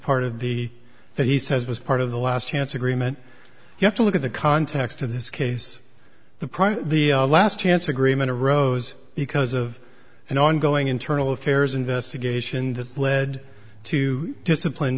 part of the that he says was part of the last chance agreement you have to look at the context of this case the prior to the last chance agreement arose because of an ongoing internal affairs investigation that led to discipline